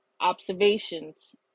observations